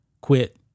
quit